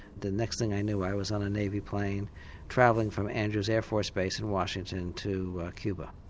the next thing i knew i was on a navy plane travelling from andrews air force base in washington to cuba.